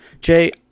Jay